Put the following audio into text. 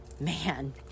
man